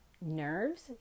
nerves